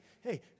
hey